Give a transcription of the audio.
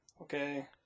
okay